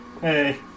Hey